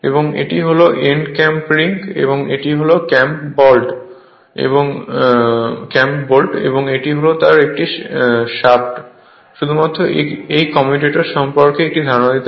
এবং এটি হল এন্ড ক্যাম্প রিং এবং এটি হল ক্যাম্প বল্ট এটি তারপর এটি একটি শ্যাফ্ট শুধুমাত্র এই কমিউটার সম্পর্কে একটি ধারণা দিতে